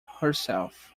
herself